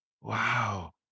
Wow